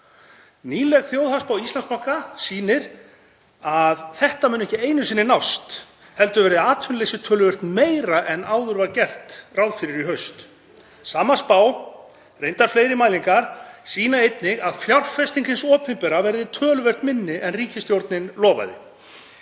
Nýleg þjóðhagsspá Íslandsbanka sýnir að þetta muni ekki einu sinni nást heldur verði atvinnuleysið töluvert meira í haust en áður var gert ráð fyrir. Sama spá, reyndar fleiri mælingar, sýnir einnig að fjárfesting hins opinbera verði töluvert minni en ríkisstjórnin lofaði.